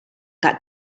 got